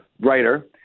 writer